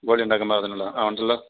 ബോളി ഉണ്ടാക്കാൻ പാകത്തിനുള്ളതോ ആ ഉണ്ടല്ലോ